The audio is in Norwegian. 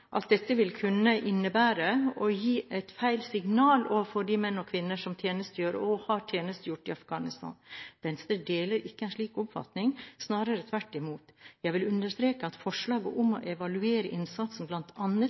at dette vil kunne innebære å gi et feil signal til de menn og kvinner som tjenestegjør, og har tjenestegjort, i Afghanistan. Venstre deler ikke en slik oppfatning – snarere tvert imot. Jeg vil understreke at forslaget om å evaluere innsatsen